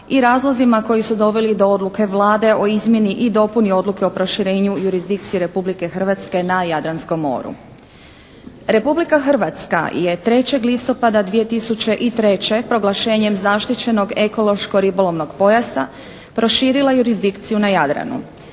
i razlozima koji su doveli do odluke Vlade o izmjeni i dopuni odluke o proširenju jurisdikcije Republike Hrvatske na Jadranskom moru. Republika Hrvatska je 3. listopada 2003. proglašenjem zaštićenog ekološko-ribolovnog pojasa proširila jurisdikciju na Jadranu.